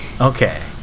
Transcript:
okay